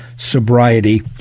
sobriety